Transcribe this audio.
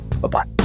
Bye-bye